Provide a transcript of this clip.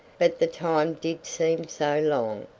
but the time did seem so long,